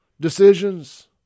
decisions